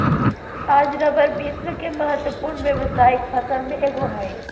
आज रबर विश्व के महत्वपूर्ण व्यावसायिक फसल में एगो हइ